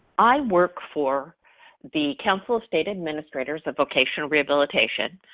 i work for the council of state administrators of vocational rehabilitation.